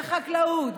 בחקלאות,